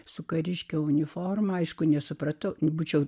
su kariškio uniforma aišku nesupratau bučiau